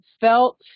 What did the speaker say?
felt